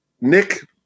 Nick